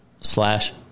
slash